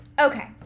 okay